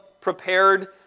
prepared